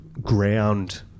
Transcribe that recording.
Ground